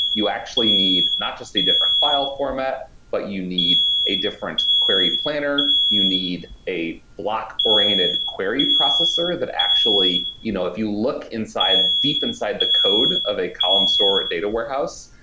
you actually need not just a different file format, but you need a different query planner. you need a black oriented query processor that actually you know if you look inside, deep inside the code of a column store data warehouse,